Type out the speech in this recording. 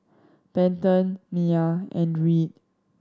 Benton Miya and Reed